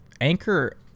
Anchor